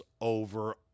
over